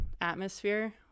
atmosphere